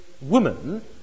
woman